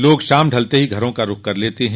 लोग शाम ढलते ही घरों का रूख कर लेते हैं